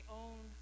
own